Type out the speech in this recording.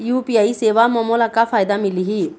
UPI सेवा म मोला का फायदा मिलही?